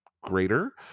greater